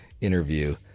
interview